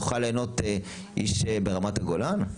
יוכל להנות איש ברמת הגולן?